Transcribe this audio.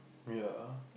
ya